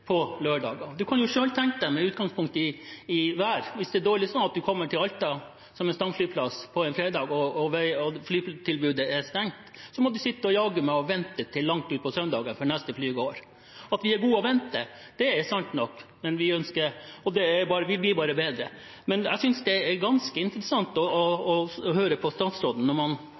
på lørdager. En kan jo selv tenke seg, med utgangspunkt i været: Hvis det er dårlig og en har kommet seg til Alta, som er stamflyplass, på en fredag og flytilbudet er stengt, så må en sitte og vente til langt ut på søndag før neste fly går. Vi er gode til å vente – det er sant nok, og vi blir bare bedre – men jeg synes det er ganske interessant å høre på statsråden, at man